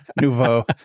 Nouveau